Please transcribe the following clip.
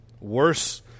Worse